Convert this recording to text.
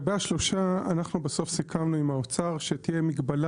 אנחנו בסוף סיכמנו עם האוצר שתהיה מגבלה